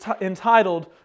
entitled